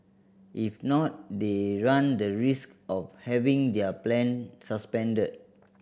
if not they run the risk of having their plan suspended